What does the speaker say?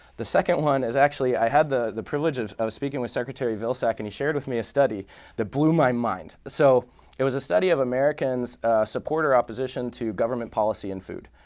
the second one is actually, i had the the privilege of of speaking with secretary vilsack and he shared with me a study that blew my mind. so it was a study of americans' support or opposition to government policy and food.